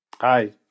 Hi